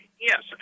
yes